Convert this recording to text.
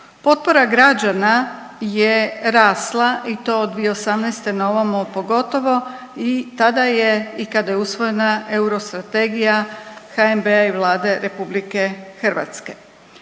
Potpora građana je rasla i to od 2018. na ovamo pogotovo i tada je kada je usvojena euro strategija HNB i Vlade RH.